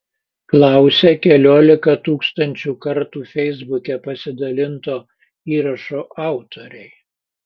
klausia keliolika tūkstančių kartų feisbuke pasidalinto įrašo autoriai